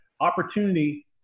Opportunity